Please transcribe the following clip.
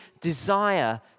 desire